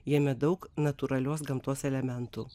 jame daug natūralios gamtos elementų